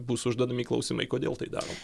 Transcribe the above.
bus užduodami klausimai kodėl tai darot